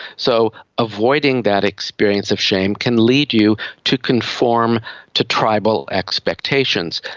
so avoiding that experience of shame can lead you to conform to tribal expectations.